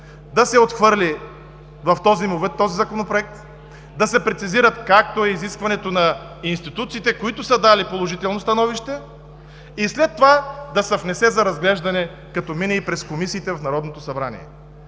да се отхвърли в този му вид Законопроекта, да се прецизира, както е изискването на институциите, които са дали положително становище, и след това да се внесе за разглеждане и в комисиите в Народното събрание.